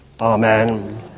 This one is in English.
Amen